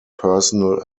personal